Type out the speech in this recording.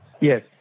Yes